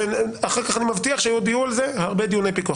אחר כך אני מבטיח שיהיה שעוד יהיו על זה הרבה דיוני פיקוח.